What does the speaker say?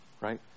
right